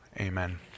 amen